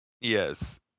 Yes